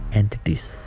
entities